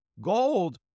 Gold